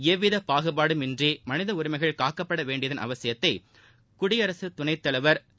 எவ்வித பாகுபடின்றி மனித உரிமைகள் காக்கப்பட வேண்டியதன் அவசியத்தை குடியரசுத் துணைத் தலைவர் திரு